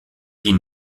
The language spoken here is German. die